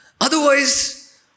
Otherwise